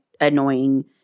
annoying